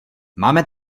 máme